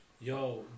Yo